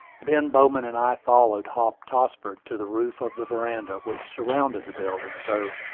ben bowman and i followed hop tossford to the roof of the veranda, which surrounded the building, though,